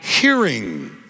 hearing